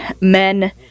men